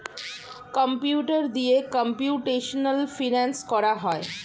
computer দিয়ে computational finance করা হয়